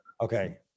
Okay